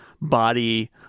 body